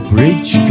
Bridge